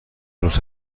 روز